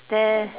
there